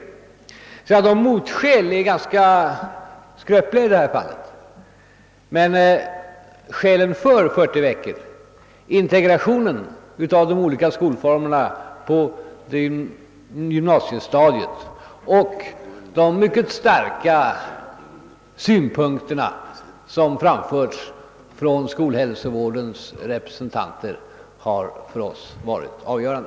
Motskälen är alltså ganska skröpliga, men skälen för 40 veckor — integrationen av de olika skolformerna på gymnasiestadiet och de mycket starka skäl som framförts från skolhälsovårdens representanter — har för oss varit avgörande.